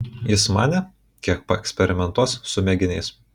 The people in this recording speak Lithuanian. jis manė kiek paeksperimentuos su mėginiais